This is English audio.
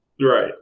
Right